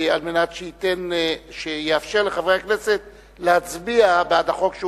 על מנת שיאפשר לחברי הכנסת להצביע בעד החוק.